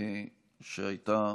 שהייתה